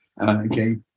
Okay